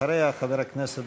אחריה, חבר הכנסת